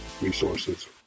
resources